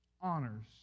honors